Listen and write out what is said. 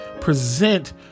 present